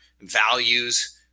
values